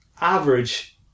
average